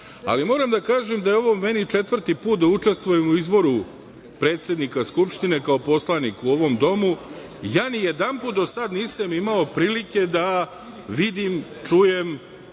ali moram da kažem da je ovo meni četvrti put da učestvujem u izboru predsednika Skupštine kao poslanik u ovom domu, ja ni jedanput do sada nisam imao prilike da vidim, čujem